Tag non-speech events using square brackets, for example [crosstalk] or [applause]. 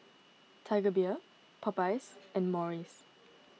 [noise] Tiger Beer Popeyes and Morries